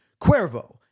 Cuervo